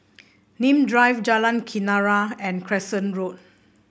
Nim Drive Jalan Kenarah and Crescent Road